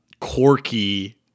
quirky